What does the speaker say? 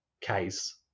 case